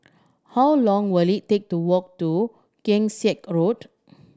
how long will it take to walk to Keong Saik Road